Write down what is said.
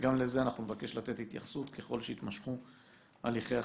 וגם לזה אנחנו נבקש לתת התייחסות ככל שיתמשכו הליכי החקיקה.